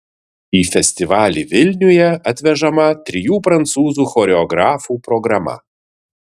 į festivalį vilniuje atvežama trijų prancūzų choreografų programa